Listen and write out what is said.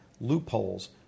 loopholes